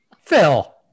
phil